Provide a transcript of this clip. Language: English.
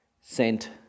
sent